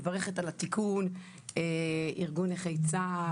מברכת על התיקון את ארגון נכי צה"ל,